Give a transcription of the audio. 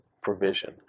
provision